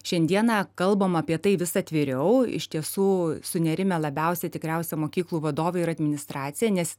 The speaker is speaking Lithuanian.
šiandieną kalbam apie tai vis atviriau iš tiesų sunerimę labiausiai tikriausia mokyklų vadovai ir administracija nes